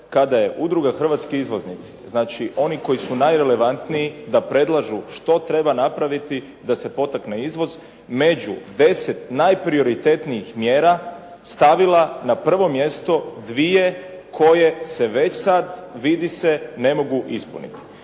kada je Udruga Hrvatski izvoznici, znači oni koji su najrelevantniji, da predlažu što treba napraviti da se potakne izvoz među 10 najprioritetnijih mjera stavila na prvo mjesto dvije koje se već sada vidi se ne mogu ispuniti.